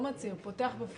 פותח בפועל.